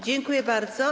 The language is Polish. Dziękuję bardzo.